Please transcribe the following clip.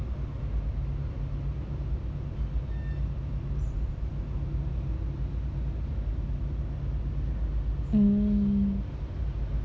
mm